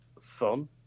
fun